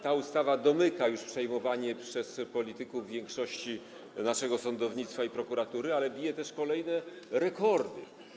Ta ustawa już domyka przejmowanie przez polityków większości naszego sądownictwa i prokuratury, ale bije też kolejne rekordy.